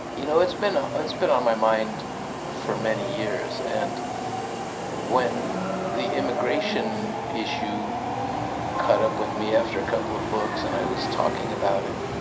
you know it's been ah it's been on my mind for many years. and when the immigration issue caught up with me after a couple of books, and i was talking about it,